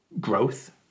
growth